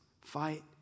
fight